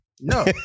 No